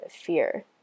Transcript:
fear